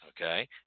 Okay